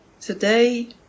Today